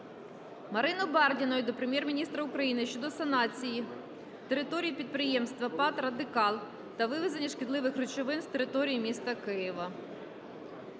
Марини Бардіної до Прем'єр-міністра України щодо санації території підприємства ПАТ "Радикал" та вивезення шкідливих речовин з території міста Києва.